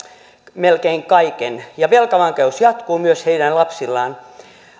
melkein kaiken ja velkavankeus jatkuu myös heidän lapsillaan